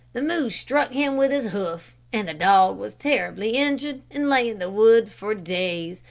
the moose struck him with his hoof and the dog was terribly injured, and lay in the woods for days,